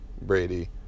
Brady